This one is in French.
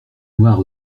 noire